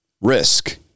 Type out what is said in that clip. risk